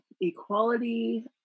equality